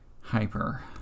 hyper